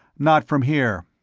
not from here.